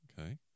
Okay